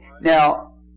Now